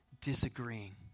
disagreeing